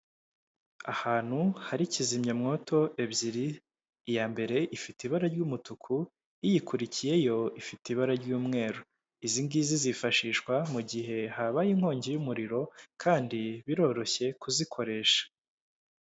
Ahantu hari kizimyamwoto ebyiri, iya mbere ifite ibara ry'umutuku, iyikurikiye yo ifite ibara ry'umweru. Izi ngizi zifashishwa mu gihe habaye inkongi y'umuriro, kandi biroroshye kuzikoresha.